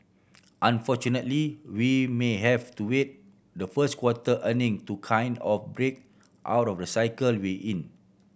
unfortunately we may have to wait the first quarter earning to kind of break out of the cycle we're in